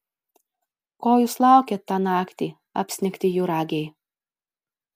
ko jūs laukėt tą naktį apsnigti juragiai